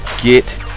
get